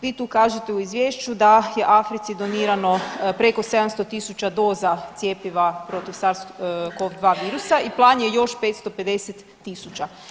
Vi tu kažete u Izvješću da je Africi donirano preko 700 000 doza cjepiva protiv SARS COV-2 virusa i plan je još 550 000.